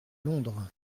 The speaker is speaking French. londres